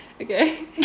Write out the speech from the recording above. Okay